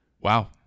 Wow